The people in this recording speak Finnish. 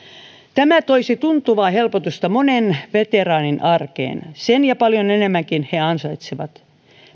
tämä toisi tuntuvaa helpotusta monen veteraanin arkeen sen ja paljon enemmänkin he ansaitsevat